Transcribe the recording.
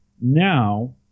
Now